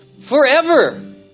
Forever